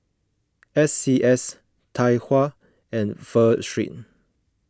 S C S Tai Hua and Pho Street